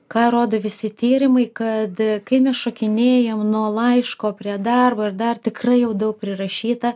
ką rodo visi tyrimai kad kai mes šokinėjam nuo laiško prie darbo ir dar tikrai jau daug prirašyta